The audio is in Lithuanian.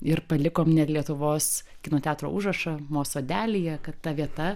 ir palikom net lietuvos kino teatro užrašą mo sodelyje kad ta vieta